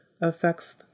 affects